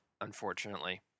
Unfortunately